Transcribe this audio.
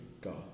God